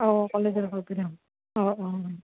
অঁ কলেজৰ